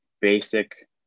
basic